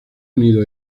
unido